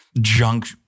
junk